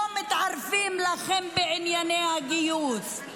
לא מתערבים לכם בענייני הגיוס.